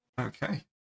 Okay